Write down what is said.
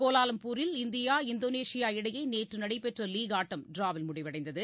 கோலாலம்பூரில் India Indonesia இடையே நேற்று நடைபெற்ற லீக் ஆட்டம் ட்ராவில் முடிவடைந்தது